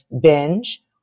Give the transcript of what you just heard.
binge